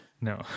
No